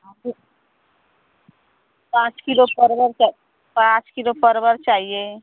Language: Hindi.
हाँ तो पाँच किलो परवर पाँच किलो परवर चाहिए